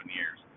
years